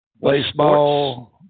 Baseball